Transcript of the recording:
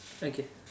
okay